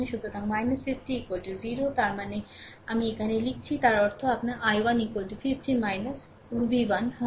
সুতরাং 50 0 তার মানে আমি এখানে লিখছি তার অর্থ আপনার i1 50 v1 হবে